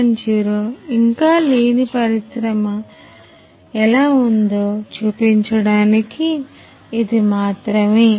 0 ఇంకా లేని పరిశ్రమ ఎలా ఉందో చూపించడానికి ఇది మాత్రమే